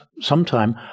sometime